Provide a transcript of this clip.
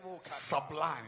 sublime